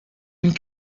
and